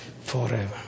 forever